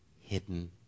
hidden